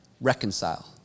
Reconcile